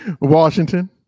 Washington